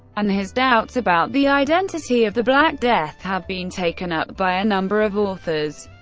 and his doubts about the identity of the black death have been taken up by a number of authors,